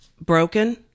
broken